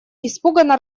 испуганно